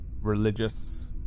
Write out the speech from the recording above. religious